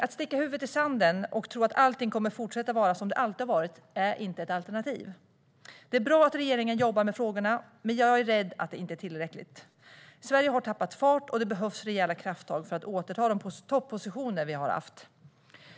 Att sticka huvudet i sanden och tro att allting kommer att fortsätta vara som det alltid har varit är inte ett alternativ. Det är bra att regeringen jobbar med frågorna, men jag är rädd att det inte är tillräckligt. Sverige har tappat fart, och det behövs rejäla krafttag för att återta de toppositioner vi har haft.